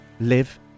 live